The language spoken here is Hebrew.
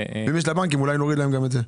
אם לבנקים יש אותם אולי נוריד להם גם את זה.